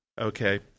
okay